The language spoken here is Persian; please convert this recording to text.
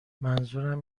منظورم